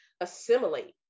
assimilate